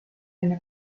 enne